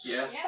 Yes